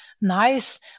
nice